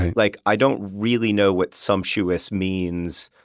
like i don't really know what sumptuous means.